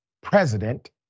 president